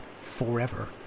forever